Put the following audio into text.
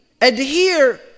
adhere